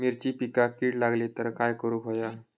मिरचीच्या पिकांक कीड लागली तर काय करुक होया?